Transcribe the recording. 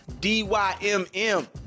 D-Y-M-M